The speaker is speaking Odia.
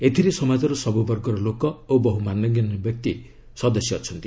ଏଥିରେ ସମାଜର ସବୁ ବର୍ଗର ଲୋକ ଓ ବହୁ ମାନ୍ୟଗଣ୍ୟ ବ୍ୟକ୍ତି ସଦସ୍ୟ ଅଛନ୍ତି